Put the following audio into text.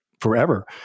forever